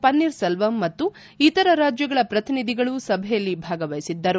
ಪನ್ನೀರ್ ಸೆಲ್ವಂ ಮತ್ತು ಇತರ ರಾಜ್ಲಗಳ ಪ್ರತಿನಿಧಿಗಳು ಸಭೆಯಲ್ಲಿ ಭಾಗವಹಿಸಿದ್ದರು